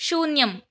शून्यम्